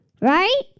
Right